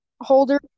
holder